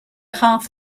half